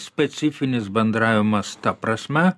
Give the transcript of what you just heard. specifinis bendravimas ta prasme